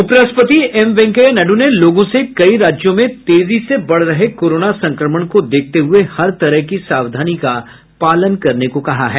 उपराष्ट्रपति एमवेंकैया नायडू ने लोगों से कई राज्यों में तेजी से बढ़ रहे कोरोना संक्रमण को देखते हुए हर तरह की सावधानी का पालन करने को कहा है